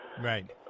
Right